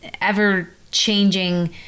ever-changing